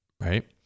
right